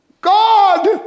God